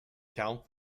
count